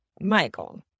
Michael